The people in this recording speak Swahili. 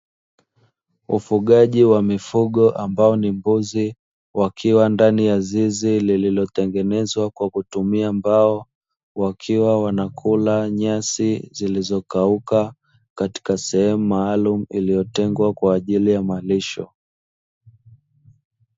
Ufugaji wa mifugo ambao ni mbuzi wakiwa ndani ya zizi, lililotengenezwa kwa kutumia mbao wakiwa wanakula nyasi zilizokauka katika sehemu maalumu iliyotengwa kwa ajili ya malisho.